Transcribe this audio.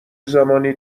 زمانی